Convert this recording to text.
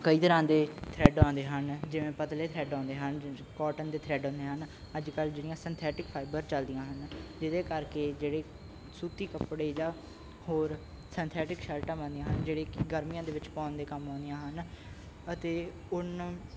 ਕਈ ਤਰ੍ਹਾਂ ਦੇ ਥਰੈੱਡ ਆਉਂਦੇ ਹਨ ਜਿਵੇਂ ਪਤਲੇ ਥਰੈੱਡ ਆਉਂਦੇ ਹਨ ਕੌਟਨ ਦੇ ਥਰੈੱਡ ਆਉਂਦੇ ਹਨ ਅੱਜ ਕੱਲ੍ਹ ਜਿਹੜੀਆਂ ਸਿੰਥੈਟਿਕ ਫਾਈਬਰ ਚੱਲਦੀਆਂ ਹਨ ਜਿਹਦੇ ਕਰਕੇ ਜਿਹੜੀ ਸੂਤੀ ਕੱਪੜੇ ਜਾਂ ਹੋਰ ਸਨਥੈਟਿਕ ਸ਼ਰਟਾਂ ਬਣਦੀਆਂ ਹਨ ਜਿਹੜੇ ਕਿ ਗਰਮੀਆਂ ਦੇ ਵਿੱਚ ਪਾਉਣ ਦੇ ਕੰਮ ਆਉਂਦੀਆਂ ਹਨ ਅਤੇ ਉੱਨ